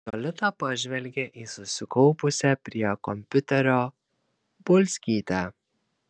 jolita pažvelgė į susikaupusią prie kompiuterio bulzgytę